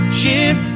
ship